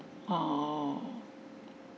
oh